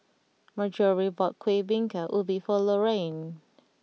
Marjorie bought Kueh Bingka Ubi for Lorayne